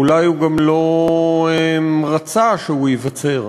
אולי הוא גם לא רצה שהוא ייווצר,